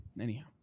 Anyhow